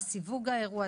סיווג האירוע,